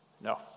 No